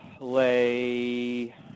lay